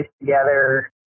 together